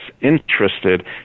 interested